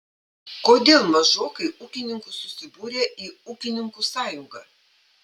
kodėl mažokai ūkininkų susibūrę į ūkininkų sąjungą